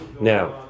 Now